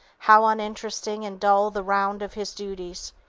how uninteresting and dull the round of his duties,